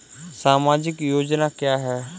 सामाजिक योजना क्या है?